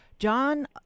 John